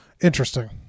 interesting